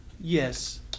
Yes